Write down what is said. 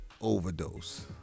overdose